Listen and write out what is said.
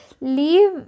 leave